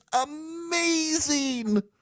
amazing